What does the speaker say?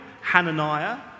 Hananiah